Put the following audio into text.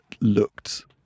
looked